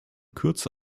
kürze